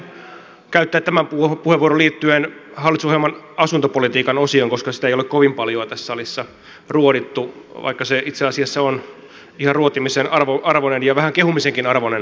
varsinaisesti halusin käyttää tämän puheenvuoron liittyen hallitusohjelman asuntopolitiikan osioon koska sitä ei ole kovin paljoa tässä salissa ruodittu vaikka se itse asiassa on ihan ruotimisen arvoinen ja vähän kehumisenkin arvoinen osio